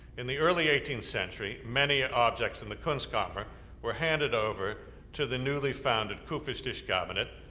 in the early eighteenth century, many ah objects in the kunstkammer were handed over to the newly founded kufeish dis cabinet,